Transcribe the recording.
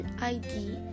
ID